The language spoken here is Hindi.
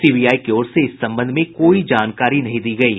सीबीआई की ओर से इस संबंध में कोई जानकारी नहीं दी गयी